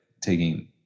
taking